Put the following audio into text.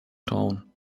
town